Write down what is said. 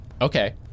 Okay